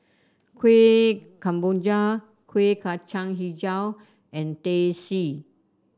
Kueh Kemboja Kuih Kacang hijau and Teh C